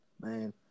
Man